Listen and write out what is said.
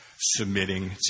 submitting